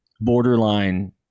borderline